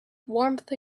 warmth